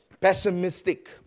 Pessimistic